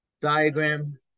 Diagram